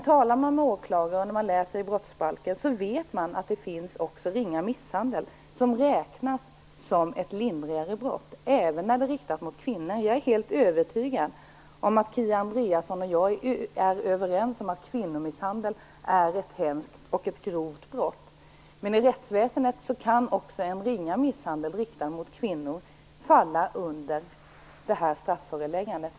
Talar man med åklagare och läser i brottsbalken vet man att ringa misshandel räknas som ett lindrigare brott även när den riktas mot kvinnor. Jag är helt övertygad om att Kia Andreasson och jag är överens om att kvinnomisshandel är ett hemskt och grovt brott, men i rättsväsendet kan också ringa misshandel riktad mot kvinnor innebära strafföreläggande.